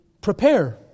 prepare